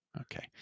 Okay